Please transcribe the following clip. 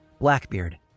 Blackbeard